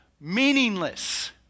meaningless